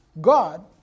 God